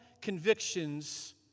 convictions